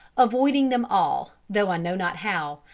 avoiding them all, though i know not how,